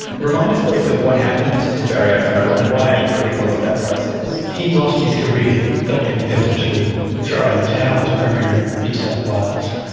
remind us briefly of what happened to barry o'farrell and why are you critical of that process. he lost his career, felt compelled to throw in the towel as premier of new south wales,